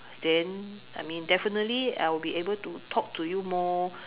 then I mean definitely I will be able to talk to you more